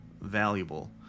valuable